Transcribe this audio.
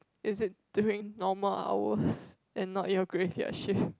is it to make normal hours and not your graveyard shift